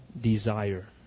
desire